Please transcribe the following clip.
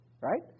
Right